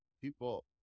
people